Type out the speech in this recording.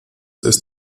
ist